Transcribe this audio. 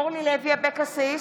אורלי לוי אבקסיס,